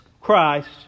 Christ